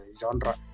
genre